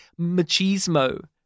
machismo